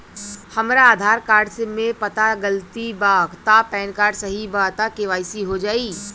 हमरा आधार कार्ड मे पता गलती बा त पैन कार्ड सही बा त के.वाइ.सी हो जायी?